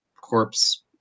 corpse